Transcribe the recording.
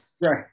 Right